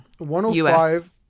105